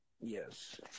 Yes